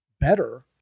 better